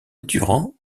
durant